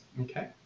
Okay